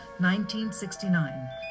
1969